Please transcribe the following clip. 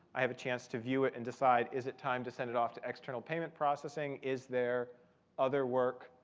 i have a chance to view it and decide, is it time to send it off to external payment processing? is there other work,